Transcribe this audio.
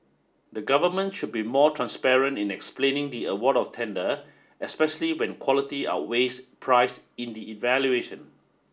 the government should be more transparent in explaining the award of tender especially when quality outweighs price in the evaluation